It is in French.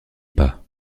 pas